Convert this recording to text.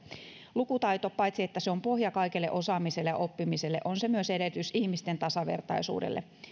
lukutaito on paitsi pohja kaikelle osaamiselle ja oppimiselle myös edellytys ihmisten tasavertaisuudelle